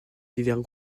divers